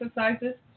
exercises